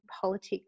politics